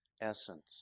essence